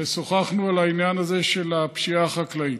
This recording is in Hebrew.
ושוחחנו על העניין הזה של הפשיעה החקלאית.